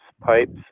pipes